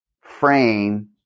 frame